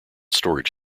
storage